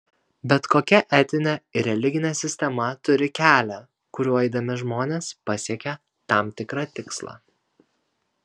bet kokia etinė ir religinė sistema turi kelią kuriuo eidami žmonės pasiekia tam tikrą tikslą